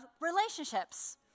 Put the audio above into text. relationships